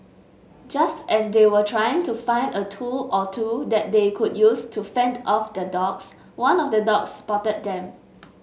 just as they were trying to find a tool or two that they could use to fend off the dogs one of the dogs spotted them